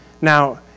Now